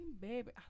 baby